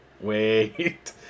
wait